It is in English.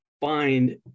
find